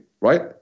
right